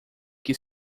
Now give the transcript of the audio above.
que